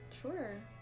Sure